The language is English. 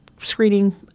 screening